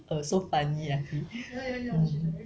uh so funny effie